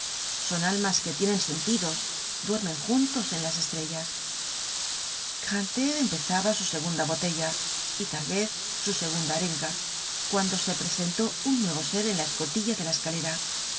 son almas que tienen sentidos duermen juntos en las estrellas grantaire empezaba su segunda botella y tal vez su sugunda arenga cuando se presentó un nuevo ser en la escotilla de la escalera